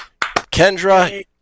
Kendra